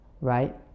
Right